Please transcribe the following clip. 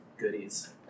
goodies